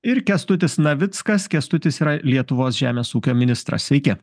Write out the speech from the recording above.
ir kęstutis navickas kęstutis yra lietuvos žemės ūkio ministras sveiki